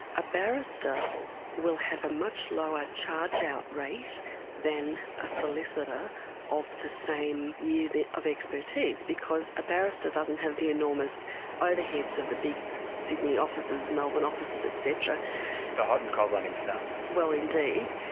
a barrister will have a much lower charge out rate than a solicitor of the same years of expertise because a barrister doesn't have the enormous overheads of the big sydney offices, melbourne offices et cetera the hot and cold running staff. well indeed.